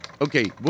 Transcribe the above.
Okay